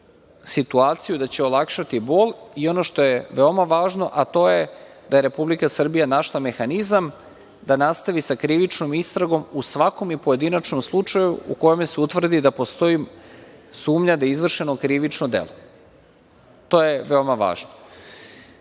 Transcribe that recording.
situaciju, da će olakšati bol i ono što je veoma važno a to je da je Republike Srbija našla mehanizam da nastavi sa krivičnom istragom u svakom i u pojedinačnom slučaju u kojem se utvrdi da postoji sumnja da je izvršeno krivično delo. To je veoma važno. Nadam